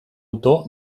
autor